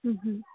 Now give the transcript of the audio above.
ꯎꯝ